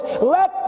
let